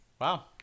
Wow